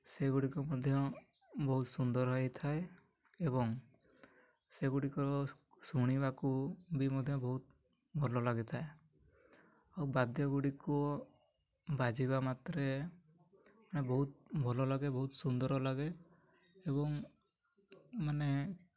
ସେଗୁଡ଼ିକ ମଧ୍ୟ ବହୁତ ସୁନ୍ଦର ହୋଇଥାଏ ଏବଂ ସେଗୁଡ଼ିକ ଶୁଣିବାକୁ ବି ମଧ୍ୟ ବହୁତ ଭଲ ଲାଗିଥାଏ ଆଉ ବାଦ୍ୟ ଗୁଡ଼ିକୁ ବାଜିବା ମାତ୍ରେ ମାନେ ବହୁତ ଭଲ ଲାଗେ ବହୁତ ସୁନ୍ଦର ଲାଗେ ଏବଂ ମାନେ